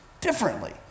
differently